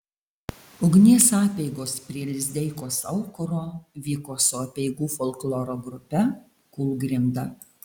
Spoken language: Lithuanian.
ugnies apeigos prie lizdeikos aukuro vyko su apeigų folkloro grupe kūlgrinda